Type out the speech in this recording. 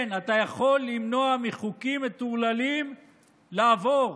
כן, אתה יכול למנוע מחוקים מטורללים לעבור.